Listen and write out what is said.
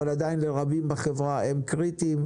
אבל עדיין לרבים בחברה הם קריטיים.